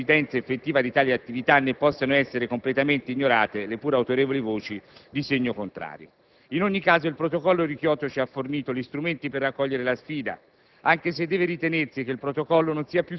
ancorché non sia chiaro quale sia l'incidenza effettiva di tali attività né possano essere completamente ignorate le pur autorevoli voci di segno contrario. In ogni caso, il Protocollo di Kyoto ci ha fornito gli strumenti per raccogliere la sfida,